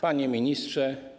Panie Ministrze!